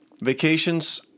Vacations